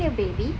hello baby